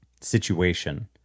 situation